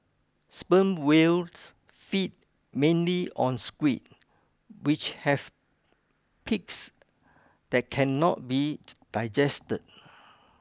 sperm whales feed mainly on squid which have beaks that cannot be digested